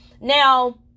now